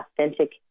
authentic